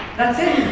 that's it.